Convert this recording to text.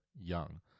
young